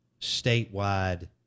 statewide